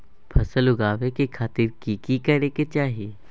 फसल उगाबै के खातिर की की करै के चाही?